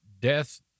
death